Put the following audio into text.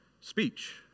speech